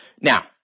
Now